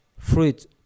Fruit